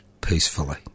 peacefully